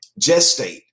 gestate